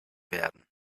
werden